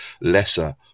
lesser